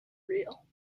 real